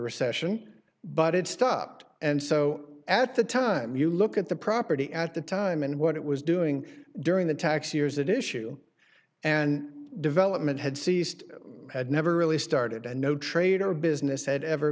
recession but it stopped and so at the time you look at the property at the time and what it was doing during the tax years that issue and development had ceased had never really started and no trade or business had ever